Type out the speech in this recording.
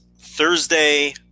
Thursday